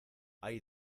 hay